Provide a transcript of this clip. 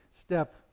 step